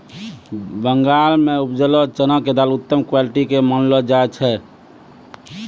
बंगाल मॅ उपजलो चना के दाल उत्तम क्वालिटी के मानलो जाय छै